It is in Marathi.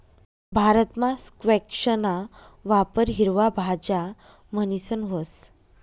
भारतमा स्क्वैशना वापर हिरवा भाज्या म्हणीसन व्हस